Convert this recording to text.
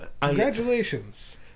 Congratulations